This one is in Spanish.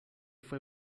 fue